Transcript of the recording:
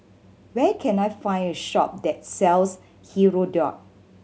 where can I find a shop that sells Hirudoid